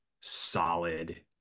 solid